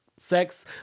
Sex